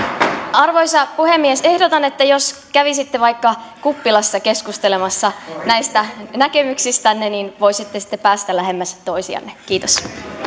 arvoisa puhemies ehdotan että jos kävisitte vaikka kuppilassa keskustelemassa näistä näkemyksistänne niin voisitte sitten päästä lähemmäs toisianne kiitos